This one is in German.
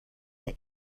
der